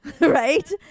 Right